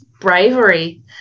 Bravery